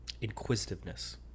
Inquisitiveness